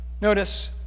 Notice